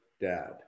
dad